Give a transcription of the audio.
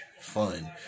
fun